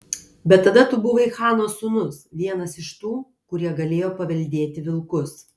bet tada tu buvai chano sūnus vienas iš tų kurie galėjo paveldėti vilkus